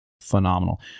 phenomenal